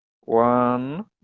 one